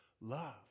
Love